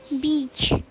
Beach